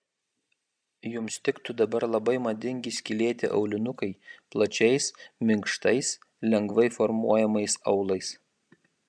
jums tiktų dabar labai madingi skylėti aulinukai plačiais minkštais lengvai formuojamais aulais